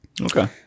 Okay